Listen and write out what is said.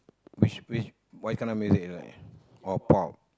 which which what kind of music you like oh pop